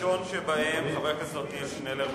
הראשון הוא חבר הכנסת עתניאל שנלר.